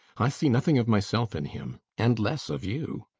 i see nothing of myself in him, and less of you.